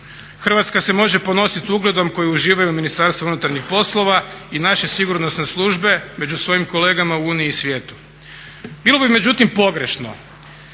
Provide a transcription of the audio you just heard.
Hrvatska se može ponosit ugledom koji uživaju Ministarstvo unutarnjih poslova i naše sigurnosne službe među svojim kolegama u Uniji i svijetu. Bilo bi međutim pogrešno